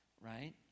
right